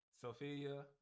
Sophia